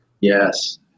Yes